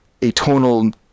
atonal